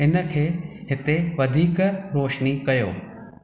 इनखे हिते वधीक रोशनी कयो